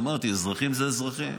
אמרתי, אזרחים זה אזרחים,